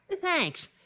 Thanks